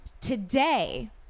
Today